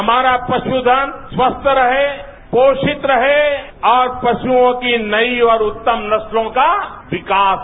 हमारा पशुधन स्वस्थ रहे पोषित रहे और पशुआं की नई और उत्तम नर्स्लां का विकास हो